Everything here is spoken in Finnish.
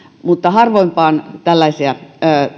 mutta harvoinpa on tällaisia